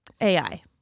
AI